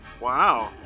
Wow